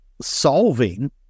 solving